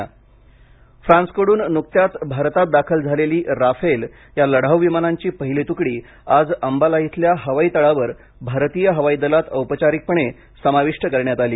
Rafale फ्रान्सकडून नुकत्याच भारतात दाखल झालेली राफेल या लढाऊ विमानांची पहिली तुकडी आज अंबाला इथल्या हवाई तळावर भारतीय हवाई दलात औपचारिकपणे समाविष्ट करण्यात आली